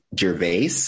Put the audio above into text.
gervais